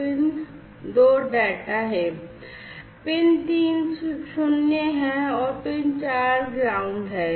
फिर pin 2 data है pin 3 शून्य है और पिन 4 जमीन है